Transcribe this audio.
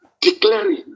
declaring